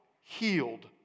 healed